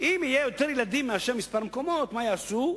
אם יהיו יותר ילדים ממספר המקומות, מה יעשו?